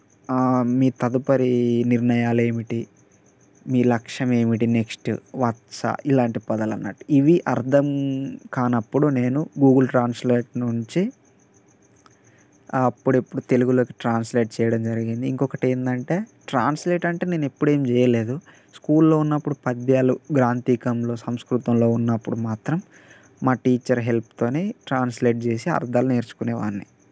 మీ తదుపరి మీ నిర్ణయాలు ఏమిటి మీ లక్ష్యం ఏమిటి నెక్స్ట్ వత్స ఇలాంటి పదాలు అన్నట్టు ఇవి అర్థం కానప్పుడు నేను గూగుల్ ట్రాన్స్లేట్ నుంచి అప్పుడప్పుడు తెలుగులో ట్రాన్స్లేట్ చేయడం జరిగింది ఇంకొకటి ఏంటంటే ట్రాన్స్లేట్ అంటే నేనెప్పుడు ఏం చేయలేదు స్కూల్లో ఉన్నప్పుడు పద్యాలు గ్రాంధికంలో సంస్కృతంలో ఉన్నప్పుడు మాత్రం మా టీచర్ హెల్ప్తో ట్రాన్స్లేట్ చేసి అర్ధాలు నేర్చుకునే వాడిని